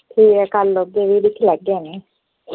ठीक ऐ जी कल औगे फ्ही दिक्खी लैगे आह्नियै